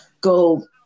go